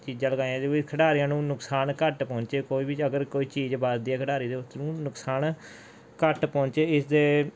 ਚੀਜ਼ਾਂ ਲਗਾਈਆਂ ਜਿਹਦੇ ਵਿੱਚ ਖਿਡਾਰੀਆਂ ਨੂੰ ਨੁਕਸਾਨ ਘੱਟ ਪਹੁੰਚੇ ਕੋਈ ਵੀ ਅਗਰ ਕੋਈ ਚੀਜ਼ ਵੱਜਦੀ ਹੈ ਖਿਡਾਰੀ ਦੇ ਉਸਨੂੰ ਨੁਕਸਾਨ ਘੱਟ ਪਹੁੰਚੇ ਇਸਦੇ